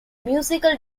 musical